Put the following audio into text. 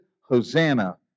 Hosanna